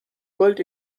gold